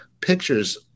pictures